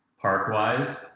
park-wise